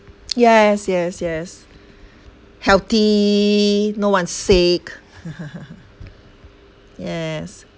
yes yes yes healthy no one's sick yes